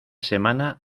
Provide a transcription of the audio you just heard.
semana